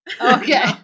Okay